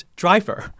driver